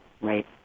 Right